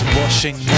washing